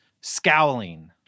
scowling